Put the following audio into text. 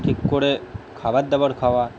ঠিক করে খাবারদাবার খাওয়া